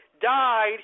died